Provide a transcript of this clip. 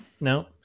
No